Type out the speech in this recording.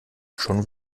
schon